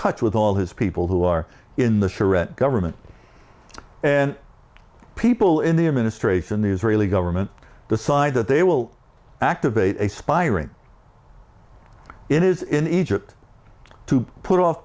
touch with all his people who are in the charette government and people in the administration the israeli government decide that they will activate a spy ring in his in egypt to put off